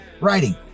writing